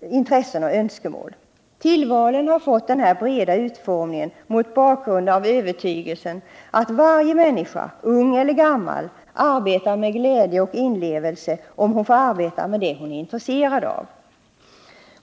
intressen och önskemål. Tillvalet har fått denna breda utformning mot bakgrund av övertygelsen att varje människa, ung eller gammal, arbetar med glädje och inlevelse om hon får arbeta med det som hon är intresserad av.